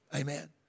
Amen